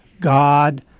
God